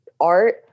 art